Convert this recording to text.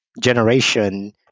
generation